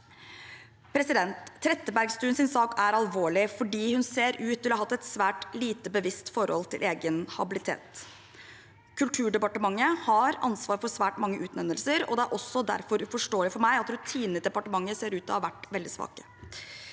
kritikkvedtak. Trettebergstuens sak er alvorlig fordi hun ser ut til å ha hatt et svært lite bevisst forhold til egen habilitet. Kulturdepartementet har ansvar for svært mange utnevnelser, og det er også derfor uforståelig for meg at rutinene i departementet ser ut til å ha vært veldig svake.